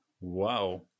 Wow